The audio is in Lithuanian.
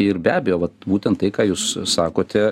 ir be abejo vat būtent tai ką jūs sakote